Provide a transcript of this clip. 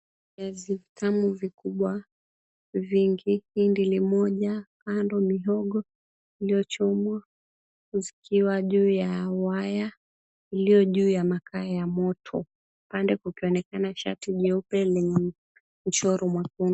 Viazi vitamu vikubwa vingi. Hindi ni moja, kando mihogo iliyochomwa, zikiwa juu ya waya iliyo juu ya makaa ya moto. Upande kukionekana shati nyeupe lenye mchoro mwekundu.